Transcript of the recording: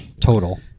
total